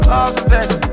upstairs